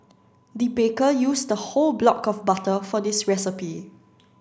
the baker used a whole block of butter for this recipe